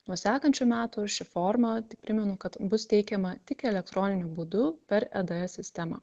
nuo sekančių metų ši forma tik primenu kad bus teikiama tik elektroniniu būdu per eds sistemą